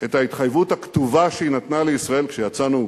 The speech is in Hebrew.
את ההתחייבות הכתובה שהיא נתנה לישראל כשיצאנו